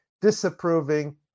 disapproving